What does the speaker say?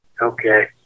Okay